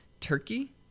turkey